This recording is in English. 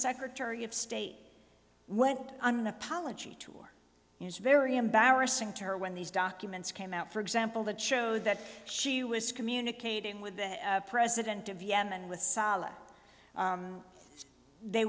secretary of state went on an apology tour it was very embarrassing to her when these documents came out for example that showed that she was communicating with the president of yemen with sala they